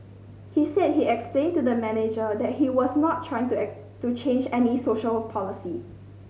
he said he explained to the manager that he was not trying to change any social policy